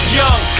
young